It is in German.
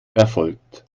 erfolgt